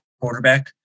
quarterback